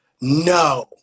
No